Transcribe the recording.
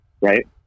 right